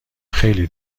خیلی